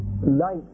Light